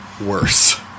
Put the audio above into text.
worse